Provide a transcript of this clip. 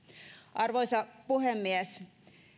arvoisa puhemies